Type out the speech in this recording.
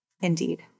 Indeed